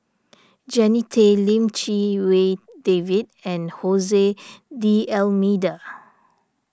Jannie Tay Lim Chee Wai David and Jose D'Almeida